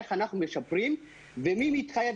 איך אנחנו משפרים ומי מתחייב,